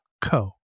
co